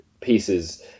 pieces